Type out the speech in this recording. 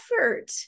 effort